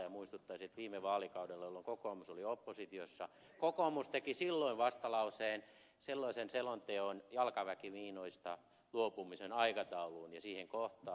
muistuttaisin että viime vaalikaudella jolloin kokoomus oli oppositiossa kokoomus teki vastalauseen silloisen selonteon jalkaväkimiinoista luopumisen aikatauluun ja siihen kohtaan